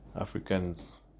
Africans